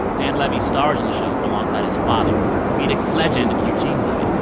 dan levy stars in the show alongside his father comedic legend eugene levy.